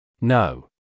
No